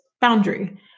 boundary